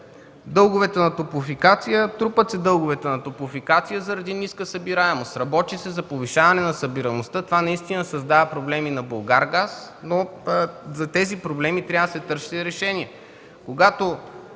Дълговете на „Топлофикация”. Трупат се дълговете на „Топлофикация” заради ниска събираемост. Работи се за повишаване на събираемостта. Това наистина създава проблеми на „Булгаргаз”, но за тези проблеми трябва да се търси решение. Когато